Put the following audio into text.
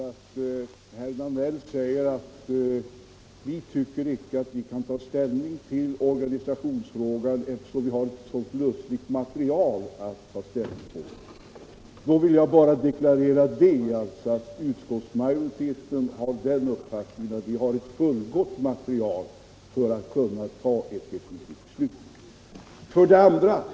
Herr talman! Herr Danell tycker att riksdagen inte kan ta ställning till organisationsfrågan, eftersom beslutsunderlaget är så lösligt. Jag vill bara deklarera att enligt utskottsmajoritetens uppfattning har vi ett fullgott material för att kunna ta ett definitivt beslut.